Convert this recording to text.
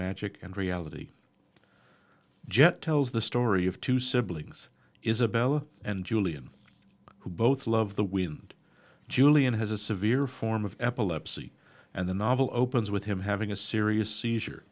magic and reality jet tells the story of two siblings isabella and julian who both love the wind julian has a severe form of epilepsy and the novel opens with him having a serious seizure